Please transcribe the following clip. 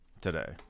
today